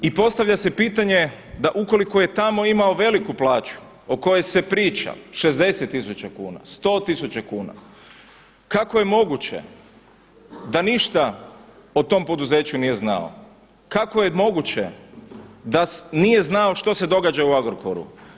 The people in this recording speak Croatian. I postavlja se pitanje da ukoliko je tamo imao veliku plaću o kojoj se priča, 60 tisuća kuna, 100 tisuća kuna, kako je moguće da ništa o tom poduzeću nije znao, kako je moguće da nije znao što se događa u Agrokoru?